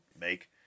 make